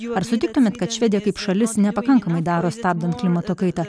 ar sutiktumėt kad švedija kaip šalis nepakankamai daro stabdant klimato kaitą